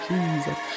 Jesus